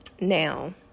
Now